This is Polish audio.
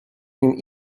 nim